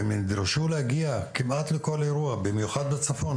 נדרשו להגיע כמעט לכל אירוע, במיוחד בצפון.